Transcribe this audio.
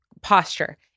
posture